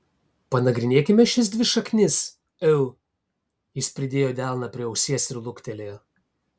panagrinėkime šias dvi šaknis eu jis pridėjo delną prie ausies ir luktelėjo